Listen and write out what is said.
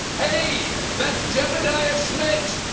hey, that's jebidiah schmidt.